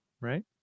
right